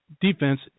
defense